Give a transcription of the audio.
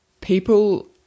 people